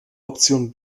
option